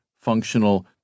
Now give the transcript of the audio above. functional